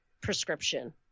prescription